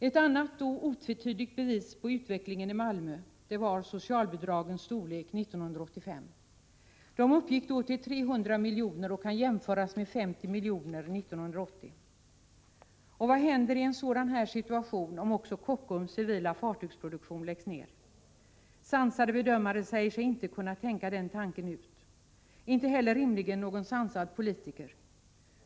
Ett annat och otvetydigt bevis på utvecklingen i Malmö ges av socialbidragens storlek 1985. De uppgick då till 300 milj.kr. och kan jämföras med 50 milj.kr.år 1980. Vad händer i en sådan situation om också Kockums civila fartygsproduktion läggs ned? Sansade bedömare säger sig inte kunna tänka den tanken ut — rimligen inte heller någon sansad politiker.